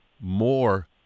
more